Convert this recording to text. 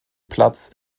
platz